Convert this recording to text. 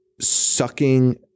sucking